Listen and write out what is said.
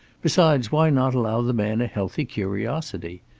besides, why not allow the man a healthy curiosity?